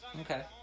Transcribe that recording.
Okay